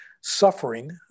suffering